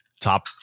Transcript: top